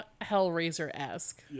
Hellraiser-esque